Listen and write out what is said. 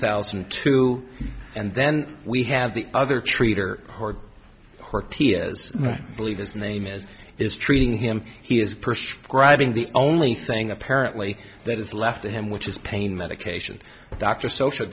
thousand and two and then we had the other treater tia's believe his name is is treating him he is grabbing the only thing apparently that is left to him which is pain medication dr social